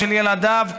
של ילדיו,